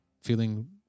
feeling